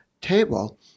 table